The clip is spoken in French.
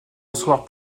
recevoir